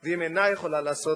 ואם אינה יכולה לעשות כך,